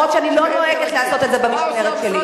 אף שאני לא נוהגת לעשות את זה במשמרת שלי.